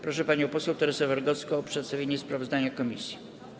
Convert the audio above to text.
Proszę panią poseł Teresę Wargocką o przedstawienie sprawozdania komisji.